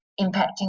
impacting